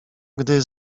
gdy